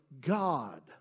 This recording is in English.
God